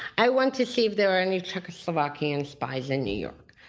i went to see if there were any czechoslovakian spies in new york.